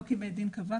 לא כי בית הדין קבע,